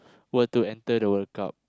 were to enter the World-Cup